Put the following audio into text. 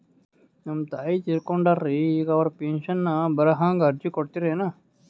ನಮ್ ತಾಯಿ ತೀರಕೊಂಡಾರ್ರಿ ಈಗ ಅವ್ರ ಪೆಂಶನ್ ಬರಹಂಗ ಅರ್ಜಿ ಕೊಡತೀರೆನು?